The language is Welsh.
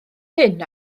hyn